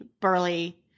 burly